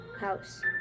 house